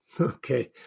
Okay